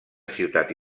ciutat